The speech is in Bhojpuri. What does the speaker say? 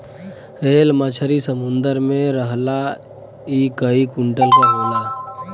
ह्वेल मछरी समुंदर में रहला इ कई कुंटल क होला